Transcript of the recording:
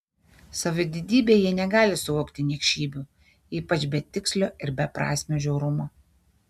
savo didybe jie negali suvokti niekšybių ypač betikslio ir beprasmio žiaurumo